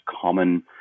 common